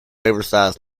oversize